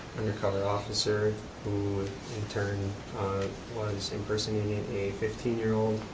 undercover officer who in turn was impersonating a fifteen year old.